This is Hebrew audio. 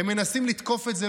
הם מנסים לתקוף את זה,